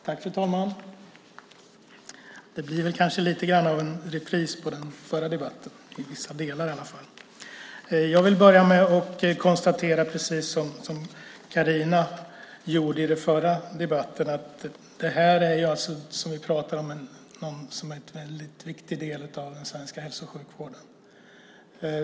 Fru ålderspresident! Det blir kanske lite grann en repris av den förra debatten, i vissa delar i alla fall. Jag vill börja med att konstatera, precis som Carina gjorde i den förra debatten, att det vi pratar om är en väldigt viktig del av den svenska hälso och sjukvården.